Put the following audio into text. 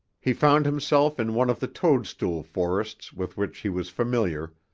he found himself in one of the toadstool forests with which he was familiar,